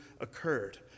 occurred